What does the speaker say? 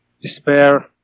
despair